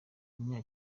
umunya